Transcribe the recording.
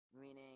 meaning